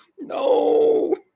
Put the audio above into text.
No